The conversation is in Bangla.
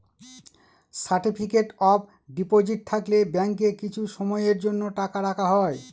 সার্টিফিকেট অফ ডিপোজিট থাকলে ব্যাঙ্কে কিছু সময়ের জন্য টাকা রাখা হয়